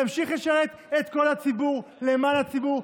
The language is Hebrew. תמשיך לשרת את כל הציבור למען הציבור,